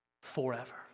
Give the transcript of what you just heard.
forever